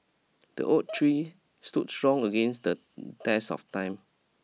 the oak tree stood strong against the test of time